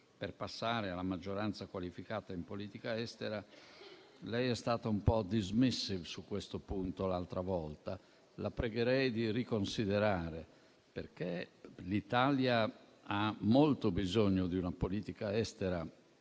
per passare alla maggioranza qualificata in politica estera. Lei è stata un po' *dismissing* su questo punto l'altra volta; la pregherei di riconsiderarlo, perché l'Italia ha molto bisogno di una politica estera